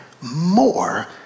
more